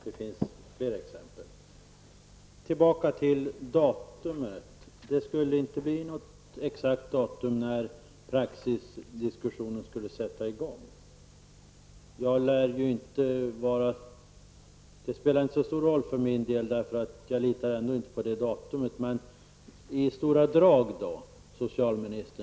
Det finns fler exempel. Tillbaka till frågan om datumet. Vi skulle inte få något exakt datum för när praxisdiskussionen skulle sätta i gång. Det spelar inte så stor roll för min del, för jag litar ändå inte på ett sådant datum, men kanske kan vi ändå få ett ungefärligt besked.